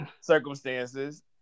circumstances